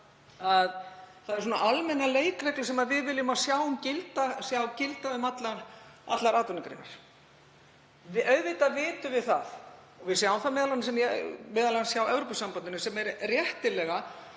það eru almennar leikreglur sem við viljum sjá gilda um allar atvinnugreinar. Auðvitað vitum við það, og við sjáum það m.a. hjá Evrópusambandinu, sem er réttilega